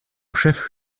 chef